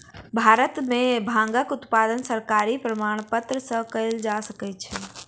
भारत में भांगक उत्पादन सरकारी प्रमाणपत्र सॅ कयल जा सकै छै